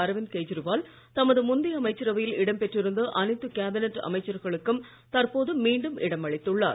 அரவிந்த் கெஜ்ரிவால் தமது முந்தைய அமைச்சரவையில் இடம் பெற்றிருந்த அனைத்து கேபினெட் அமைச்சர்களுக்கும் தற்போது மீண்டும் இடம் அளித்துள்ளார்